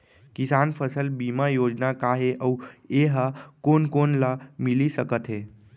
किसान फसल बीमा योजना का हे अऊ ए हा कोन कोन ला मिलिस सकत हे?